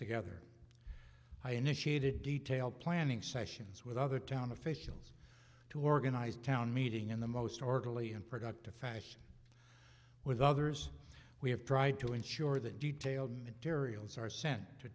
together i initiated detailed planning sessions with other town officials to organize town meeting in the most orderly and productive fashion with others we have tried to ensure that detailed materials are sent to